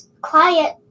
quiet